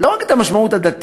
לא רק את המשמעות הדתית,